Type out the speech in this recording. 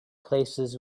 places